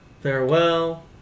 Farewell